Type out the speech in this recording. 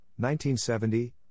1970